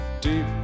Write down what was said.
deep